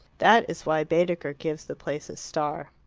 that is why baedeker gives the place a star.